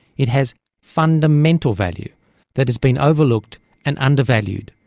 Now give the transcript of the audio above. it has fundamental value that has been overlooked and undervalued,